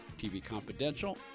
tvconfidential